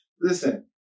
Listen